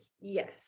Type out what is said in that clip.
yes